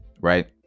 right